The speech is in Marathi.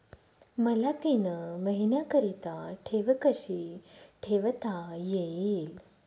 मला तीन महिन्याकरिता ठेव कशी ठेवता येईल?